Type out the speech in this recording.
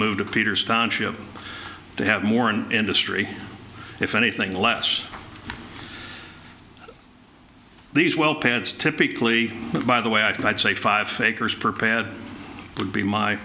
move to peter's township to have more an industry if anything less these well pads typically by the way i'd say five fakers per pair would be my